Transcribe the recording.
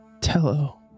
Tello